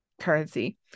currency